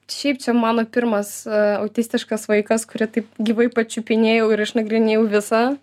šiaip čia mano pirmas autistiškas vaikas kurį taip gyvai pačiupinėjau ir išnagrinėjau visą